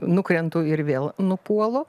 nukrentu ir vėl nupuolu